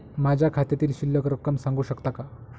माझ्या खात्यातील शिल्लक रक्कम सांगू शकता का?